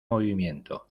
movimiento